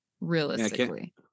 realistically